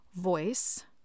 voice